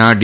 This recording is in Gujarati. ના ડી